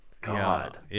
God